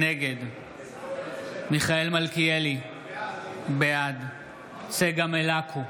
נגד מיכאל מלכיאלי, בעד צגה מלקו,